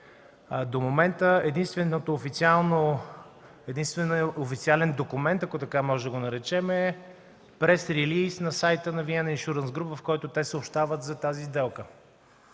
До момента единственият официален документ, ако можем да го наречем така, е прес релийз на сайта на „Виена Иншурънс Груп”, в който те съобщават за тази сделка.